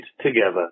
together